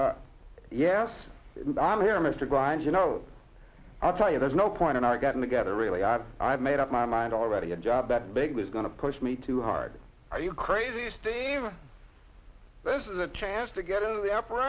well yes i'm here mr grimes you know i'll tell you there's no point in our getting together really i've i've made up my mind already a job that big was going to push me too hard are you crazy stay here this is a chance to get out of the app